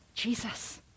Jesus